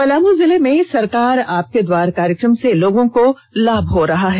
पलामू जिले में सरकार आपके द्वार कार्यक्रम से लोगों को लाभ हो रहा है